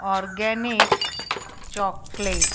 organic chocolate